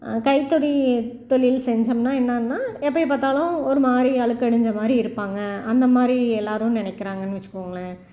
கைத்தறி தொழில் செஞ்சோம்னால் என்னென்னா எப்பய பார்த்தாலும் ஒரு மாதிரி அழுக்கடஞ்ச மாதிரி இருப்பாங்க அந்த மாதிரி எல்லாேரும் நினைக்கிறாங்கன்னு வைச்சுக்கோங்களேன்